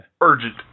Urgent